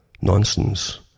nonsense